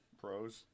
pros